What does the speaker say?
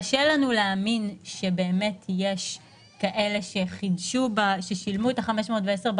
קשה לנו להאמין שבאמת יש כאלה ששילמו את 510 השקלים